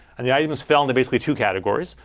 and the arguments fell into basically two categories.